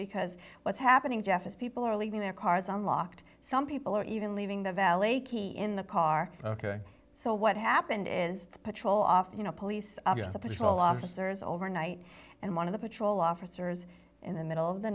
because what's happening jeff is people are leaving their cars unlocked some people are even leaving the valet key in the car ok so what happened is the patrol off you know police patrol officers overnight and one of the patrol officers in the middle of the